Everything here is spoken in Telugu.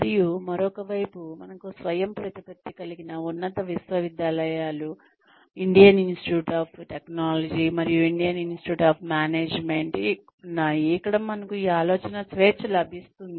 మరియు మరొక వైపు మనకు స్వయంప్రతిపత్తి కలిగిన ఉన్నత విద్యాసంస్థలు ఇండియన్ ఇన్స్టిట్యూట్ ఆఫ్ టెక్నాలజీ మరియు ఇండియన్ ఇన్స్టిట్యూట్ ఆఫ్ మేనేజ్మెంట్ ఉన్నాయి ఇక్కడ మనకు ఈ ఆలోచనా స్వేచ్ఛ లభిస్తుంది